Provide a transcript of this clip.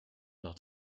not